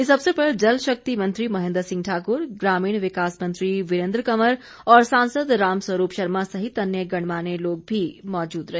इस अवसर पर जल शक्ति मंत्री महेंद्र सिंह ठाकर ग्रामीण विकास मंत्री वीरेंद्र कंवर और सांसद रामस्वरूप शर्मा सहित अन्य गणमान्य लोग भी मौजूद रहे